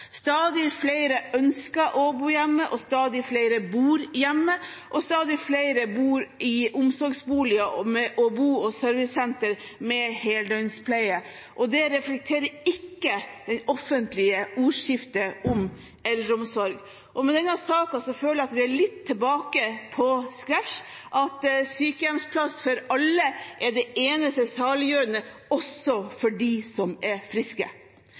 Stadig flere ønsker å bo hjemme, stadig flere bor hjemme, og stadig flere bor i omsorgsboliger og bo- og servicesentre med heldøgns pleie, og det reflekterer ikke det offentlige ordskiftet om eldreomsorg. Med denne saken føler jeg at vi er litt tilbake på scratch, at sykehjemsplass for alle er det eneste saliggjørende, også for dem som er friske.